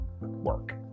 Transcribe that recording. work